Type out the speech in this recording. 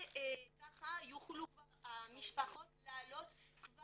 וכך יוכלו כבר המשפחות לעלות עם